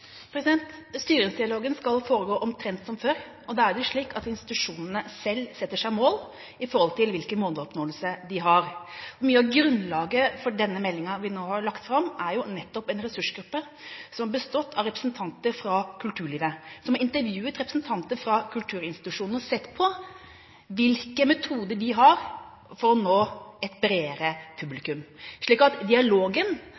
institusjonene selv setter seg mål i forhold til hvilken måloppnåelse de har. Mye av grunnlaget for denne meldingen vi nå har lagt fram, er basert nettopp på en ressursgruppe som har bestått av representanter fra kulturlivet. De har intervjuet representanter fra kulturinstitusjonene og sett på hvilke metoder de har for å nå et bredere